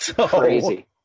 Crazy